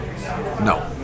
No